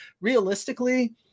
Realistically